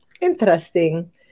Interesting